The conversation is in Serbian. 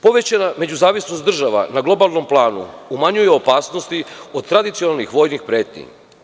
Povećana međuzavisnost država na globalnom planu umanjuje opasnost od tradicionalnih vojnih pretnji.